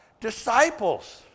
Disciples